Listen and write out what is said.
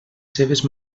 seves